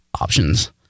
options